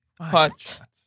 hot